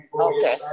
Okay